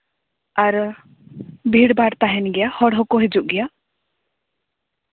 ᱟᱨ ᱵᱷᱤᱲᱼᱵᱷᱟᱲ ᱛᱟᱦᱮᱱ ᱜᱮᱭᱟ ᱦᱚᱲ ᱦᱚᱸᱠᱚ ᱦᱤᱡᱩᱜ ᱜᱮᱭᱟ